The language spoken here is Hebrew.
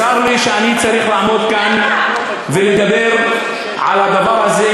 צר לי שאני צריך לעמוד כאן ולדבר על הדבר הזה,